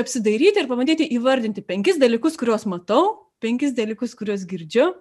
apsidairyti ir pabandyti įvardinti penkis dalykus kuriuos matau penkis dalykus kuriuos girdžiu